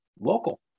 local